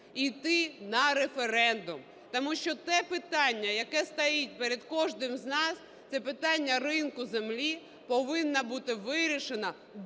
йти на референдум. Тому що те питання, яке стоїть перед кожним з нас, це питання ринку землі повинно бути вирішено